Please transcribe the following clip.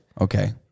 Okay